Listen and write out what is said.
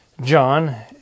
John